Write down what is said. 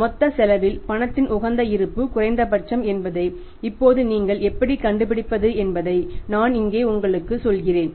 மொத்த செலவில் பணத்தின் உகந்த இருப்பு குறைந்தபட்சம் என்பதை இப்போது நீங்கள் எப்படிக் கண்டுபிடிப்பது என்பதை நான் இங்கே உங்களுக்குச் சொல்கிறேன்